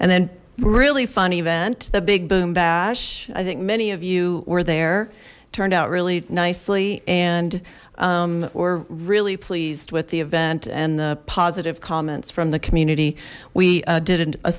and then really fun event the big boom bash i think many of you were there turned out really nicely and were really pleased with the event and the positive comments from the community we did a